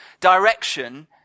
direction